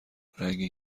رنگین